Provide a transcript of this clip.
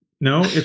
No